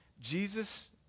Jesus